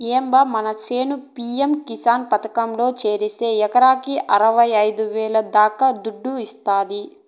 ఏం బా మన చేను పి.యం కిసాన్ పథకంలో చేరిస్తే ఎకరాకి అరవైఐదు వేల దాకా దుడ్డొస్తాది